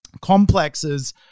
complexes